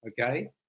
Okay